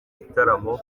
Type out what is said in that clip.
gitaramo